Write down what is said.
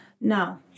No